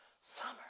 summer